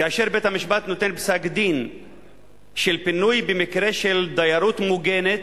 כאשר בית-המשפט נותן פסק-דין של פינוי במקרה של דיירות מוגנת,